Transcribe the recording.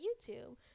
YouTube